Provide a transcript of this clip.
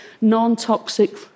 non-toxic